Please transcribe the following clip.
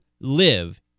live